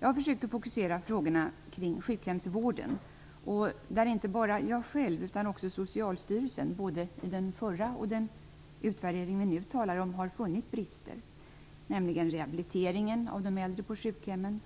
Jag har försökt att fokusera mina frågor kring sjukhemsvården, där inte bara jag själv utan också Socialstyrelsen har funnit brister, vilka finns redovisade i den förra utvärderingen och i den utvärdering som vi nu talar om. Det gäller rehabilitering av de äldre på sjukhemmen,